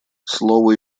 слово